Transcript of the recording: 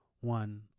one